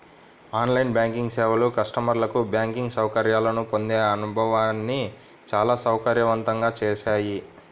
on line banking సేవలు కస్టమర్లకు banking సౌకర్యాలను పొందే అనుభవాన్ని చాలా సౌకర్యవంతంగా చేశాయి